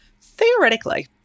theoretically